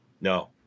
No